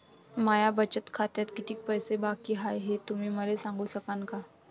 माया बचत खात्यात कितीक पैसे बाकी हाय, हे तुम्ही मले सांगू सकानं का?